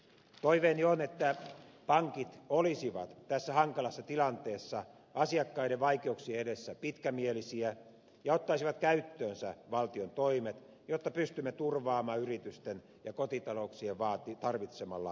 toiveeni on että pankit olisivat tässä hankalassa tilanteessa asiakkaiden vaikeuksien edessä pitkämielisiä ja ottaisivat käyttöönsä valtion toimet jotta pystymme turvaamaan yritysten ja kotitalouksien tarvitseman lainoituksen